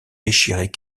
déchirés